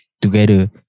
together